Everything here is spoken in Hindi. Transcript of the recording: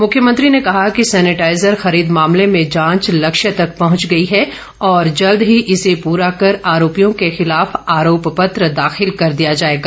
मुख्यमंत्री ने कहा कि सेनेटाइजर खरीद मामले में जांच लक्ष्य तक पहुंच गई है और जल्द ही इसे पूरा कर आरोपियों के खिलाफ आरोपपत्र दाखिल कर दिया जाएगा